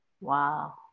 Wow